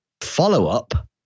Follow-up